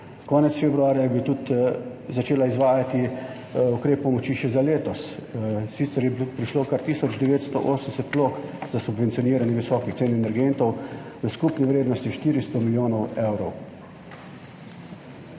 Konec februarja je začela tudi izvajati ukrep pomoči še za letos, sicer je prišlo kar tisoč 980 vlog za subvencioniranje visokih cen energentov v skupni vrednosti 400 milijonov evrov.